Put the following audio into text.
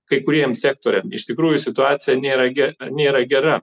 kai kuriem sektoriam iš tikrųjų situacija nėra ge nėra gera